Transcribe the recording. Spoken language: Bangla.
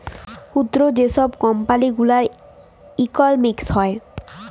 ক্ষুদ্র যে ছব কম্পালি গুলার ইকলমিক্স হ্যয়